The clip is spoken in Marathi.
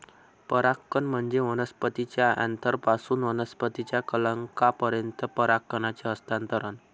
परागकण म्हणजे वनस्पतीच्या अँथरपासून वनस्पतीच्या कलंकापर्यंत परागकणांचे हस्तांतरण